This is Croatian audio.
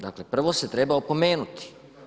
Dakle, prvo se treba opomenuti.